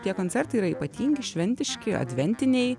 tie koncertai yra ypatingi šventiški adventiniai